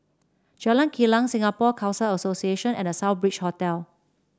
Jalan Kilang Singapore Khalsa Association and The Southbridge Hotel